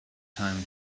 time